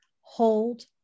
hold